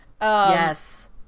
Yes